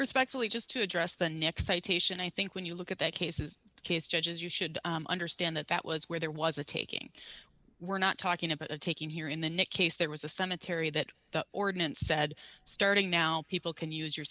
respectfully just to address the next citation i think when you look at that case is the case judge as you should understand that that was where there was a taking we're not talking about a taking here in the next case there was a cemetery that the ordinance said starting now people can use your